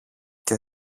και